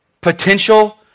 potential